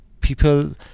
people